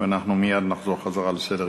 ואנחנו מייד נחזור לסדר-היום.